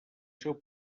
seu